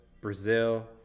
Brazil